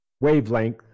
wavelength